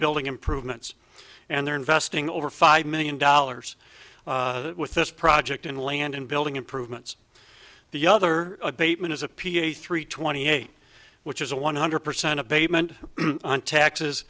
building improvements and they're investing over five million dollars with this project in land and building improvements the other abatement is a ph three twenty eight which is a one hundred percent abatement on taxes